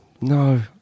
No